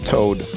Toad